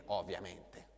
ovviamente